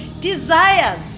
desires